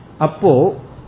Apo